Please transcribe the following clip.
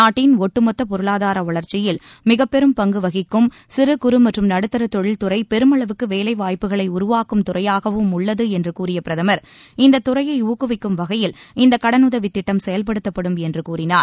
நாட்டின் ஒட்டுமொத்த பொருளாதார வளர்ச்சியில் மிகப்பெரும் பங்கு வகிக்கும் சிறு குறு மற்றும் நடுத்தர தொழில் துறை பெருமளவுக்கு வேலைவாய்ப்புக்களை உருவாக்கும் துறையாகவும் உள்ளது என்று கூறிய பிரதமர் இந்தத் துறையை ஊக்குவிக்கும் வகையில் இந்த கடன் உதவித் திட்டம் செயல்படுத்தப்படும் என்று கூறினார்